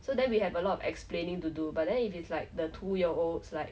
so then we have a lot of explaining to do but then if it's like the two year olds like